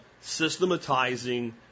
systematizing